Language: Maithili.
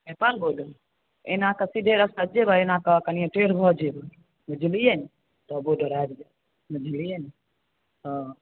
नेपाल बोर्डर एना कऽ सीधे रस्ता जेबै एना कऽ कनिये टेढ भऽ जेबै बुझलियै तऽ बोर्डर आबि जायत बुझलियै हँ